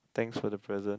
thanks for the present